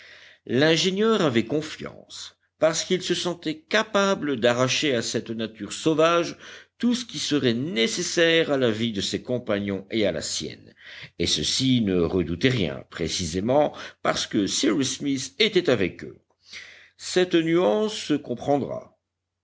l'ingénieur avait confiance parce qu'il se sentait capable d'arracher à cette nature sauvage tout ce qui serait nécessaire à la vie de ses compagnons et à la sienne et ceux-ci ne redoutaient rien précisément parce que cyrus smith était avec eux cette nuance se comprendra